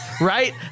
right